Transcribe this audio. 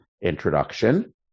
introduction